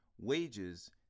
wages